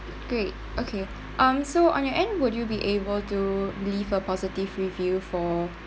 great okay um so on your end would you be able to leave a positive review for